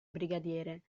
brigadiere